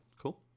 Cool